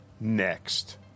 Next